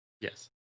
Yes